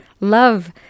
love